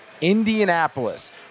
indianapolis